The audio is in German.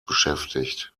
beschäftigt